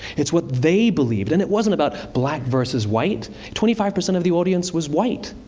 it's what they believed, and it wasn't about black versus white twenty five percent of the audience was white.